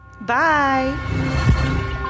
bye